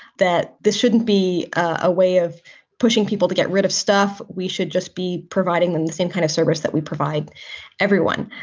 that this shouldn't be a way of pushing people to get rid of stuff. we should just be providing them the same kind of service that we provide everyone.